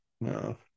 No